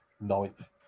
ninth